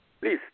Please